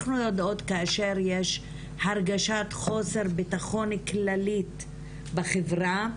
אנחנו יודעות כאשר יש הרגשת חוסר ביטחון כללית בחברה,